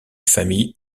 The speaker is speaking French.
famille